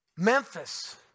Memphis